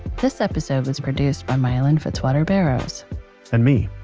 this episode was produced by miellyn fitzwater barrows and me.